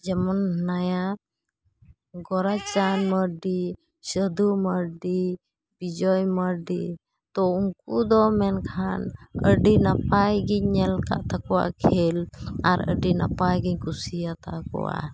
ᱡᱮᱢᱚᱱ ᱦᱮᱱᱟᱭᱟ ᱜᱳᱨᱟᱪᱟᱸᱫᱽ ᱢᱟᱹᱨᱰᱤ ᱥᱟᱫᱷᱩ ᱢᱟᱹᱨᱰᱤ ᱵᱤᱡᱚᱭ ᱢᱟᱹᱨᱰᱤ ᱛᱳ ᱩᱱᱠᱩᱫᱚ ᱢᱮᱱᱠᱷᱟᱱ ᱟᱹᱰᱤ ᱱᱟᱯᱟᱭᱜᱮᱧ ᱧᱮᱞ ᱟᱠᱟᱫ ᱛᱟᱠᱚᱣᱟ ᱠᱷᱮᱞ ᱟᱨ ᱟᱹᱰᱤ ᱱᱟᱯᱟᱭᱜᱮᱧ ᱠᱩᱥᱤᱭᱟᱛᱟ ᱠᱚᱣᱟ